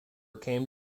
came